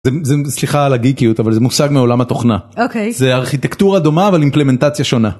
זה... זה... סליחה על הגיקיות, אבל זה מושג מעולם התוכנה. - אוקיי - זה ארכיטקטורה דומה אבל אימפלמנטציה שונה.